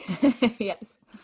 Yes